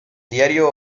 diario